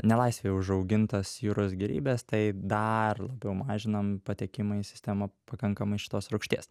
nelaisvėje užaugintas jūros gėrybes tai dar labiau mažinam patekimą į sistemą pakankamai šitos rūgšties